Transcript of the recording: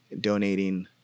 donating